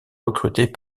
recrutés